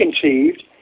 conceived